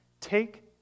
Take